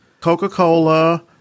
Coca-Cola